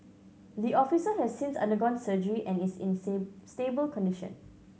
the officer has since undergone surgery and is in stable condition